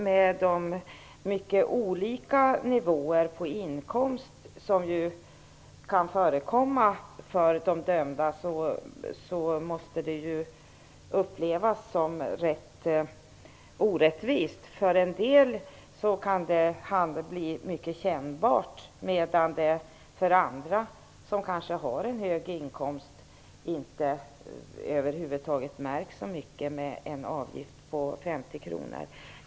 Med de mycket olika nivåer på inkomst som kan förekomma för de dömda måste det upplevas som ganska orättvist. För en del kan avgiften bli mycket kännbar, medan det för andra, som kanske har en hög inkomst, över huvud taget inte märks så mycket med en avgift på 50 kr.